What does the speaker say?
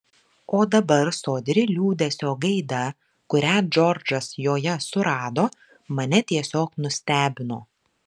o dabar sodri liūdesio gaida kurią džordžas joje surado mane tiesiog nustebino